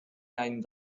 nine